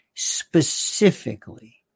Specifically